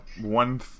one